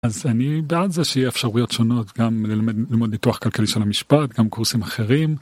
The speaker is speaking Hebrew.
אז אני געד זה שיהיה אפשרויות שונות גם ללמוד פיתוח כלכלי של המשפט, גם קורסים אחרים.